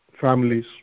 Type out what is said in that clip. families